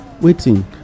waiting